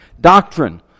Doctrine